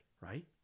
right